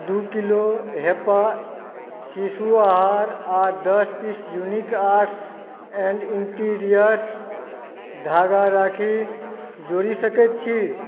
दू किलो हेप्पा शिशु आहार आ दश piece unique arts and interior धागा राखी जोड़ि सकैत छी